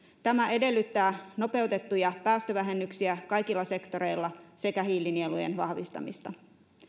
tämä edellyttää nopeutettuja päästövähennyksiä kaikilla sektoreilla sekä hiilinielujen vahvistamista